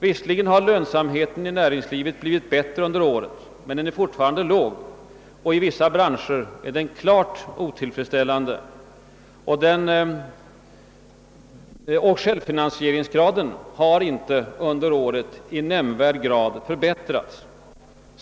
Visserligen har lönsamheten i näringslivet blivit bättre under året, men den är fortfarande låg, och i vissa branscher är den klart otillfredsställande. Självfinansieringsgraden har under året inte förbättrats i nämnvärd grad.